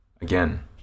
again